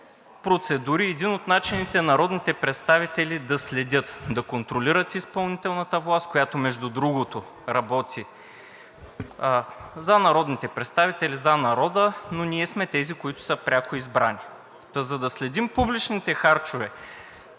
процедури и един от начините народните представители да следят, да контролират изпълнителната власт, която между другото работи за народните представители, за народа, но ние сме тези, които са пряко избрани. Та за да следим публичните харчове